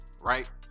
right